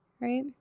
right